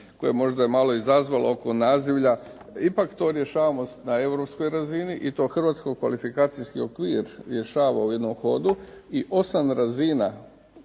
je možda malo izazvalo oko nazivlja. Ipak to rješavamo na europskoj razini i to hrvatski kvalifikacijski okvir rješava u jednom hodu i osam razina